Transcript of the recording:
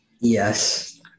yes